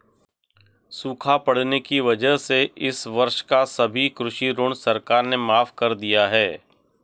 सूखा पड़ने की वजह से इस वर्ष का सभी कृषि ऋण सरकार ने माफ़ कर दिया है